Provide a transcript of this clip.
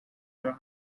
your